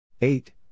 eight